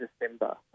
December